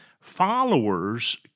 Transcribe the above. Followers